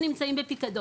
שנמצאים בפיקדון